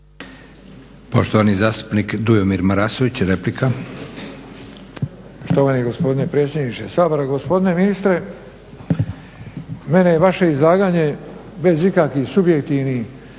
Poštovani zastupnik Srđan Gjurković, replika.